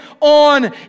on